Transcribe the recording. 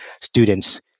students